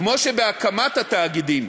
כמו שבהקמת התאגידים